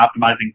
optimizing